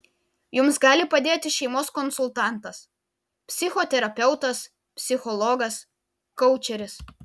jums gali padėti šeimos konsultantas psichoterapeutas psichologas koučeris